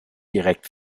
direkt